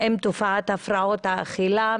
עם תופעת הפרעות האכילה.